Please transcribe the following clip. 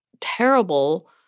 terrible